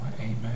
Amen